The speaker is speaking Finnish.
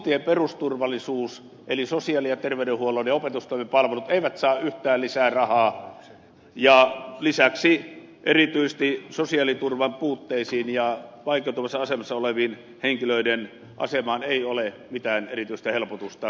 kuntien perusturvallisuus eli sosiaali ja terveydenhuollon ja opetustoimen palvelut eivät saa yhtään lisää rahaa ja lisäksi erityisesti sosiaaliturvan puutteisiin ja vaikeutuvassa asemassa olevien henkilöiden asemaan ei tule mitään erityistä helpotusta